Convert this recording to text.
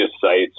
sites